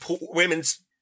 women's